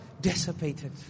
dissipated